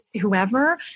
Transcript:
whoever